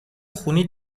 خونی